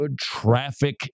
traffic